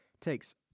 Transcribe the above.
takes